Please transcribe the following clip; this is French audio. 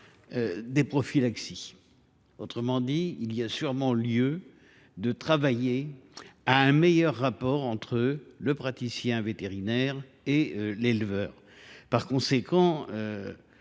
des prophylaxies. Autrement dit, il y a sûrement lieu de travailler à de meilleures relations entre les praticiens vétérinaires et les éleveurs. Pour ces